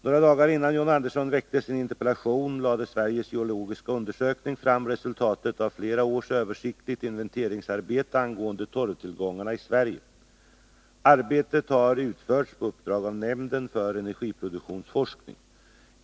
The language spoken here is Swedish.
Några dagar innan John Andersson väckte sin interpellation lade Sveriges geologiska undersökning fram resultatet av flera års översiktligt inventeringsarbete angående torvtillgångarna i Sverige. Arbetet har utförts på uppdrag av nämnden för energiproduktionsforskning.